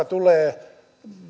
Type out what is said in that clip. tulee